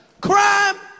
Crime